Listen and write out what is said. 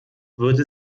würde